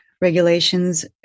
regulations